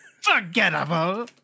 Forgettable